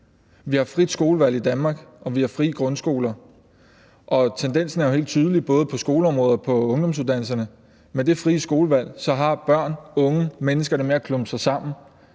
Vi har frit skolevalg i Danmark, og vi har frie grundskoler, og tendensen er jo helt tydelig både på skoleområdet og på ungdomsuddannelserne, at med det frie skolevalg har børn, unge mennesker det med at klumpe sig sammen.